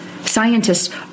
Scientists